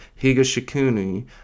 Higashikuni